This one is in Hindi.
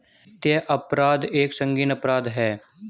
वित्तीय अपराध एक संगीन अपराध है